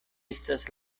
estas